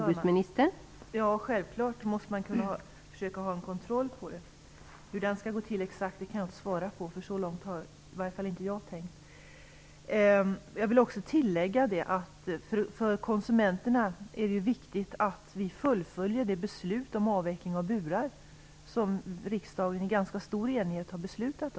Fru talman! Självfallet måste vi försöka ha en kontroll. Hur det exakt skall gå till kan jag inte svara på, för så långt har i varje fall inte jag tänkt. Jag vill tillägga att det för konsumenterna är viktigt att vi fullföljer det beslut om att om några år avveckla bursystemet som riksdagen i ganska stor enighet har fattat.